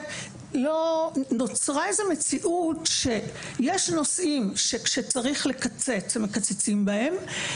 נוצרה איזו מציאות שבה יש נושאים שכשצריך לקצץ מקצצים בהם.